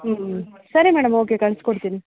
ಹ್ಞೂ ಸರಿ madam okay ಕಳಿಸ್ಕೊಡ್ತೀನಿ